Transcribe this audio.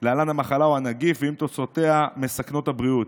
COVID-19, ועם תוצאותיה מסכנות הבריאות.